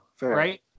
right